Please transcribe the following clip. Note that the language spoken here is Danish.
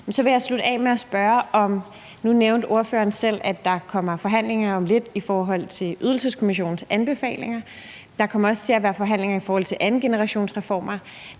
så vil jeg slutte af med at spørge om noget andet. Nu nævnte ordføreren selv, at der kommer forhandlinger om lidt i forbindelse med Ydelseskommissionens anbefalinger. Der kommer også til at være forhandlinger om andengenerationsreformer,